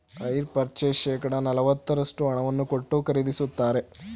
hire purchase ಶೇಕಡ ನಲವತ್ತರಷ್ಟು ಹಣವನ್ನು ಕೊಟ್ಟು ಖರೀದಿಸುತ್ತಾರೆ